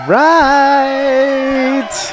right